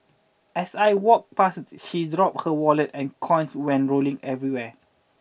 as I walked past she dropped her wallet and coins went rolling everywhere